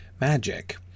magic